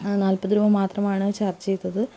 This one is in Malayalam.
നാൽപ്പത് രൂപ മാത്രമാണ് ചാർജ് ചെയ്തത്